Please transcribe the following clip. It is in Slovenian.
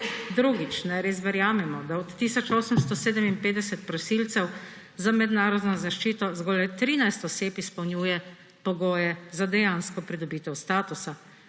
Drugič, naj res verjamemo, da od tisoč 857 prosilcev za mednarodno zaščito zgolj le 13 oseb izpolnjuje pogoje za dejansko pridobitev statusa?!